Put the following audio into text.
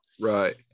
Right